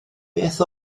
beth